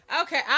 Okay